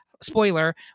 spoiler